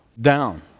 down